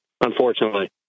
unfortunately